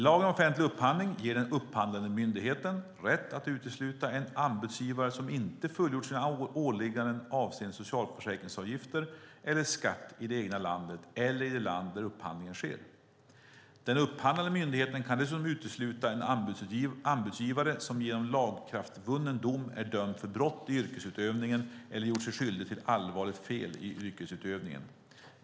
Lagen om offentlig upphandling ger den upphandlande myndigheten rätt att utesluta en anbudsgivare som inte fullgjort sina åligganden avseende socialförsäkringsavgifter eller skatt i det egna landet eller i det land där upphandlingen sker. Den upphandlande myndigheten kan dessutom utesluta en anbudsgivare som genom lagakraftvunnen dom är dömd för brott i yrkesutövningen eller har gjort sig skyldig till allvarligt fel i yrkesutövningen.